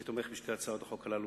אני תומך בשתי הצעות החוק האלה,